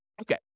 Okay